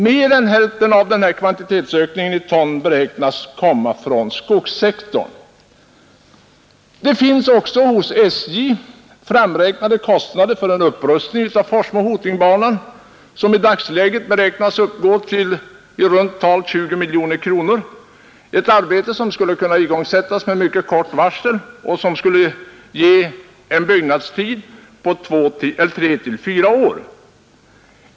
——— Mer än hälften av kvantitetsökningen i ton beräknas komma från skogssektorn.” Det finns också av SJ framräknade kostnader för en upprustning av Forsmo-—Hotingbanan, som i dagsläget beräknas uppgå till 20 miljoner kronor, ett arbete som kan igångsättas med kort varsel med en byggnadstid på tre fyra år.